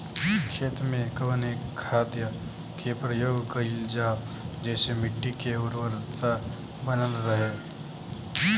खेत में कवने खाद्य के प्रयोग कइल जाव जेसे मिट्टी के उर्वरता बनल रहे?